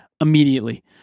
immediately